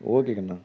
okay Kanna